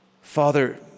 Father